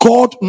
God